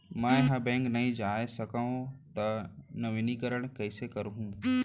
मैं ह बैंक नई जाथे सकंव त नवीनीकरण कइसे करवाहू?